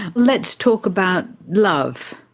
let's talk about love.